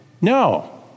No